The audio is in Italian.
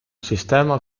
sistema